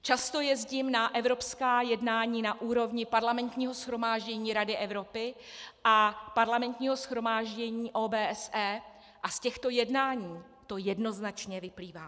Často jezdím na evropská jednání na úrovni Parlamentního shromáždění Rady Evropy a Parlamentního shromáždění OBSE a z těchto jednání to jednoznačně vyplývá.